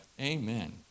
Amen